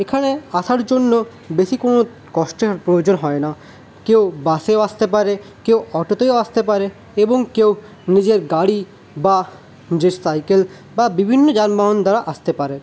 এখানে আসার জন্য বেশী কোনও কষ্টের প্রয়োজন হয় না কেউ বাসেও আসতে পারে কেউ অটোতেও আসতে পারে এবং কেউ নিজের গাড়ি বা নিজের সাইকেল বা বিভিন্ন যানবাহন দ্বারা আসতে পারে